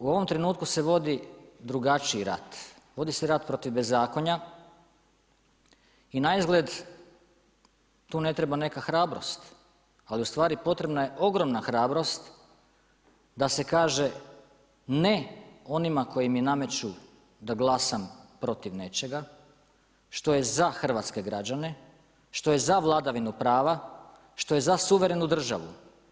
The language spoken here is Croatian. U ovom trenutku se vodi drugačiji rat, vodi se rat protiv bezakonja i naizgled tu ne treba neka hrabrost ali ustvari potrebna je ogromna hrabrost da se kaže „ne“ onima koji mi nameću da glasam protiv nečega što je za hrvatske građane, što je za vladavinu prav, što je za suvremenu državu.